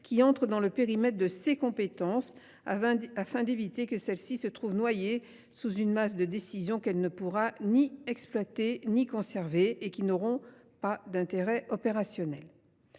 qui entrent dans le périmètre de ses compétences. Nous éviterions ainsi que cette agence se trouve noyée sous une masse de décisions qu’elle ne pourra ni exploiter ni conserver et qui n’auront pas d’intérêt opérationnel.